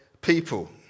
people